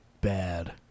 bad